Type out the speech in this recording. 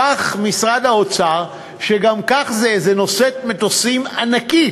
הפך משרד האוצר, שגם כך הוא נושאת מטוסים ענקית,